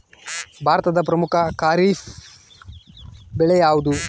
ಭಾರತದ ಪ್ರಮುಖ ಖಾರೇಫ್ ಬೆಳೆ ಯಾವುದು?